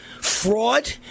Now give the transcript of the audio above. fraud